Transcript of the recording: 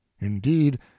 Indeed